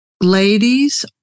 ladies